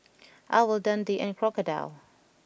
Owl Dundee and Crocodile